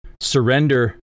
Surrender